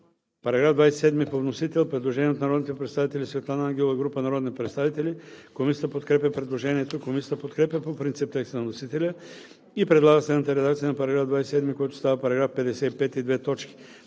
По § 27 има предложение от народния представител Светлана Ангелова и група народни представители. Комисията подкрепя предложението. Комисията подкрепя по принцип текста на вносителя и предлага следната редакция на § 27, който става § 55: „§ 55.